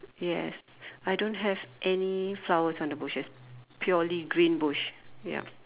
yes I don't have any flowers on the bushes purely green bush ya